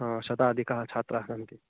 हा शताधिकाः छात्राः सन्ति